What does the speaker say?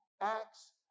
acts